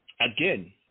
Again